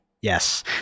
yes